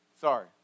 Sorry